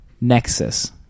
Nexus